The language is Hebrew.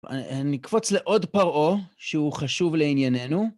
נקפוץ לעוד פרעה שהוא חשוב לענייננו.